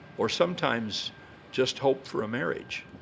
or sometimes just hope for a marriage